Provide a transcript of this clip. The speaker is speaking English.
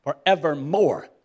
Forevermore